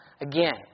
Again